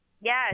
Yes